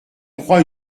croit